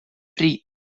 pri